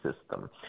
system